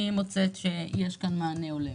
אני מוצאת שיש פה מענה הולם.